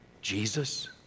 Jesus